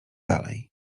dalej